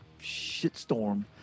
shitstorm